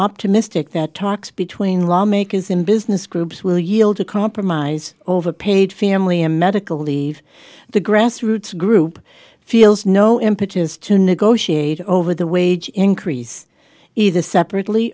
optimistic that talks between lawmakers in business groups will yield a compromise over paid family and medical leave the grassroots group feels no impetus to negotiate over the wage increase either separately